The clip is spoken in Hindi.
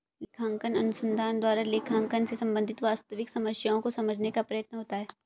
लेखांकन अनुसंधान द्वारा लेखांकन से संबंधित वास्तविक समस्याओं को समझाने का प्रयत्न होता है